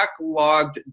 backlogged